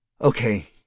Okay